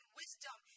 wisdom